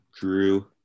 Drew